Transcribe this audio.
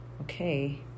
Okay